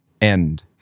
end